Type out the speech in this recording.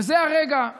וזה הרגע, תודה רבה.